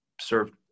served